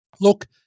Look